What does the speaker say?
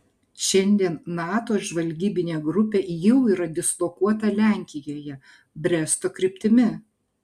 šiandien nato žvalgybinė grupė jau yra dislokuota lenkijoje bresto kryptimi